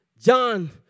John